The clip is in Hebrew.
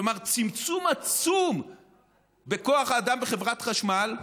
כלומר, צמצום עצום בכוח האדם בחברת חשמל.